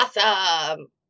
Awesome